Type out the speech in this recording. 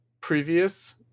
previous